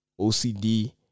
OCD